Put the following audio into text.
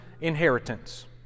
inheritance